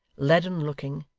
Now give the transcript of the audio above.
leaden-looking,